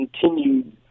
continued